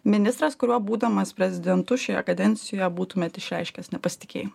ministras kuriuo būdamas prezidentu šioje kadencijoj būtumėte išreiškęs nepasitikėjimą